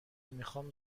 میخام